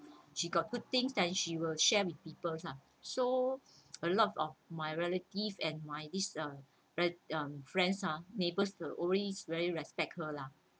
<she got good things then she will share with people lah so a lot of my relative and my this uh re~ um friends ah neighbours always very respect her lah